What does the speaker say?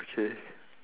okay